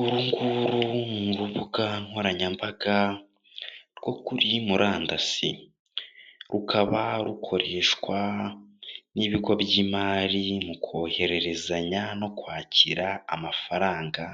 Urunguru mu rubuga nkoranyambaga rwo kuri murandasi rukaba rukoreshwa n'ibigo by'imari mu kohererezanya no kwakira amafaranga